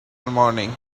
morning